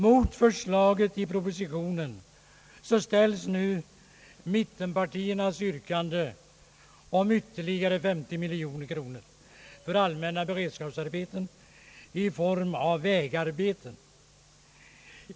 Mot förslaget i propositionen ställs nu mittenpartiernas yrkande om ytterligare 50 miljoner kronor för allmänna beredskapsarbeten i form av vägarbeten.